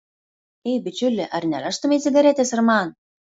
ei bičiuli ar nerastumei cigaretės ir man